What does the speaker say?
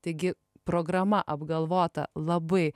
taigi programa apgalvota labai